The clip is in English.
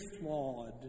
flawed